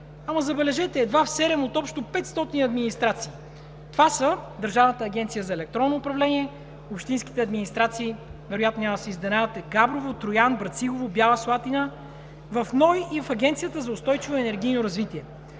само забележете – едва в 7 от общо 500 администрации. Това са Държавната агенция за електронно управление, общинските администрации – вероятно няма да се изненадате – Габрово, Троян, Брацигово, Бяла Слатина, НОИ и в Агенцията за устойчиво енергийно развитие.